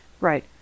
Right